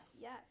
Yes